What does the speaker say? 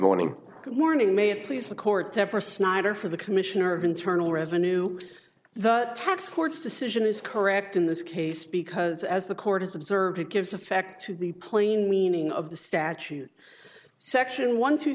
good morning may it please the court tepper snyder for the commissioner of internal revenue the tax court's decision is correct in this case because as the court has observed it gives effect to the plain meaning of the statute section one two